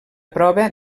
prova